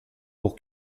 pour